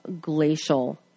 glacial